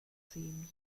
same